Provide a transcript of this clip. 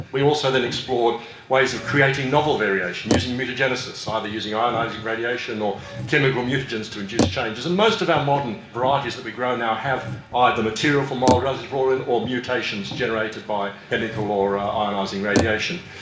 we also then explored ways of creating novel variation using mutagenesis, ah either using ah ionising radiation or chemical mutagens to induce changes. and most of our modern varieties that we grow now have either material from wild relatives brought in, or mutations generated by chemical ah or um ionising radiation.